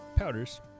powders